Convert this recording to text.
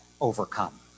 overcome